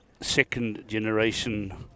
second-generation